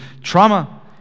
trauma